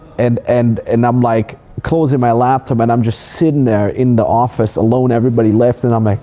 and and and i'm like closing my laptop and i'm just sitting there in the office alone, everybody left, and i'm like